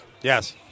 Yes